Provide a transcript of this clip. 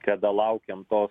kada laukėm tos